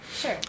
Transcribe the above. Sure